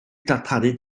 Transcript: darparu